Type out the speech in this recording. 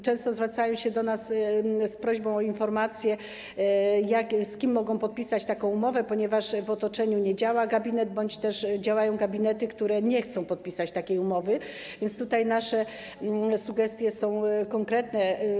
Często zwracają się do nas z prośbą o informację, z kim mogą podpisać taką umowę, ponieważ w otoczeniu nie działa gabinet bądź też działają gabinety, które nie chcą podpisać takiej umowy, więc nasze sugestie są konkretne.